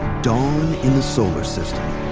dawn in the solar system.